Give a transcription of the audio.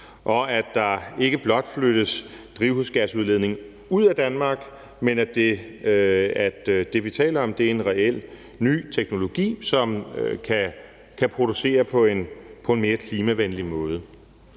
og at der ikke blot flyttes en drivhusgasudledning ud af Danmark, men at det, vi taler om, er en reel ny teknologi, som kan producere på en mere klimavenlig måde.